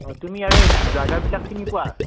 অ' তুমি ইয়াৰে জেগাবিলাক চিনি পোৱা